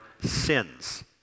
sins